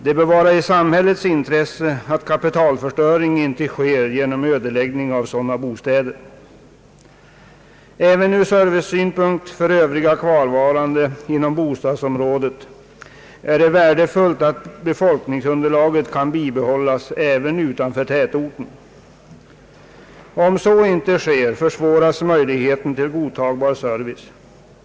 Det bör ligga i samhällets intresse att kapitalförstöring inte sker genom ödeläggning av sådana bostäder. Även ur den synpunkten att service skall kunna erbjudas övriga kvarvarande inom bostadsområdet är det värdefullt att befolkningsunderlaget kan bibehållas också utanför tätorten. Om så inte sker försämras möjligheten att ge godtagbar service.